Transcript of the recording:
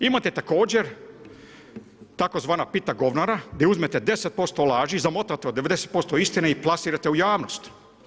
Imate također tzv. pita govnara gdje uzmete 10% laži, zamotate u 90% istine i plasirate u javnost.